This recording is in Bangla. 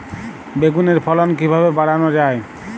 বেগুনের ফলন কিভাবে বাড়ানো যায়?